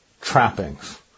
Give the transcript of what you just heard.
trappings